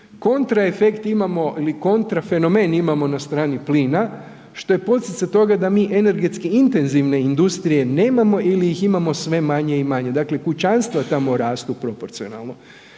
kontra efekt imamo ili kontra fenomen imamo na strani plina, što je poticaj toga da mi energetski intenzivne industrije nemamo ili ih imamo sve manje i manje, dakle kućanstva tamo rastu proporcionalno.